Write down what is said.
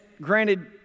granted